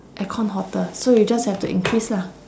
aircon hotter so you just have to increase lah